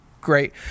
great